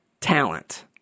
talent